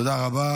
תודה רבה.